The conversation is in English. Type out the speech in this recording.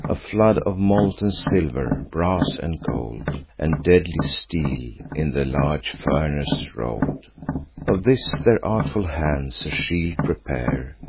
a flood of molten silver, brass, and gold, and deadly steel, in the large furnace roll'd of this, their artful hands a shield prepare,